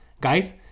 guys